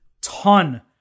ton